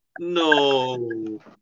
No